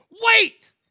Wait